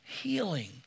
healing